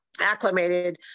acclimated